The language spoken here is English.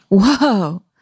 Whoa